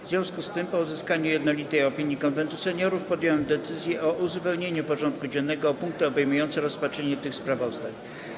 W związku z tym, po uzyskaniu jednolitej opinii Konwentu Seniorów, podjąłem decyzję o uzupełnieniu porządku dziennego o punkty obejmujące rozpatrzenie tych sprawozdań.